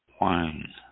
wine